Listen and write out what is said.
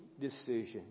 decision